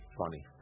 funny